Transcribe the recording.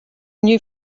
new